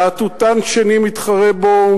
להטוטן שני מתחרה בו,